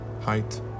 height